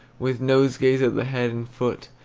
with nosegays at the head and foot,